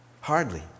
Hardly